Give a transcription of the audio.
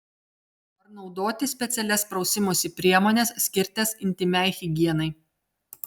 ar naudoti specialias prausimosi priemones skirtas intymiai higienai